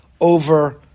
over